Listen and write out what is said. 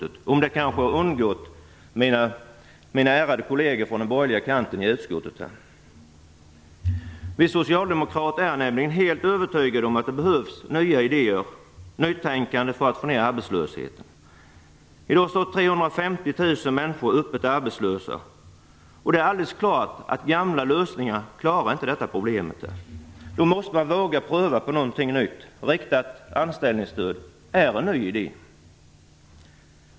Men det har kanske undgått mina ärade kolleger från borgerliga kanten i utskottet. Vi socialdemokrater är nämligen helt övertygade om att det behövs nya idéer och nytänkande för att få ned arbetslösheten. I dag står 350 000 människor öppet arbetslösa, och det är alldeles klart att detta problem inte klaras med de gamla lösningarna. Då måste man våga pröva någonting nytt, och riktat anställningsstöd är en ny idé.